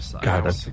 God